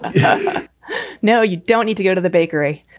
yeah now, you don't need to go to the bakery.